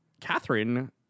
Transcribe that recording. Catherine